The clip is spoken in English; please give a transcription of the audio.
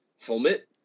helmet